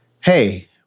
hey